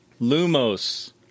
Lumos